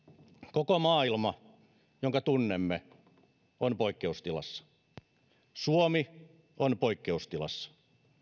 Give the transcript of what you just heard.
koko maailma jonka tunnemme on poikkeustilassa suomi on poikkeustilassa